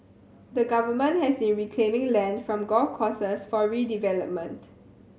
the government has been reclaiming land from golf courses for redevelopment